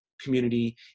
community